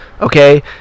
okay